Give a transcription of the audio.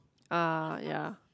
uh ya